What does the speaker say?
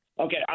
Okay